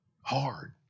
Hard